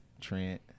Trent